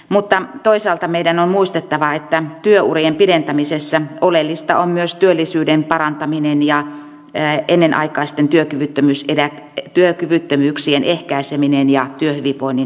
mutta toisaalta meidän on muistettava että työurien pidentämisessä oleellista on myös työllisyyden parantaminen ja ennenaikaisten työkyvyttömyyksien ehkäiseminen ja työhyvinvoinnin edistäminen